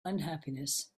unhappiness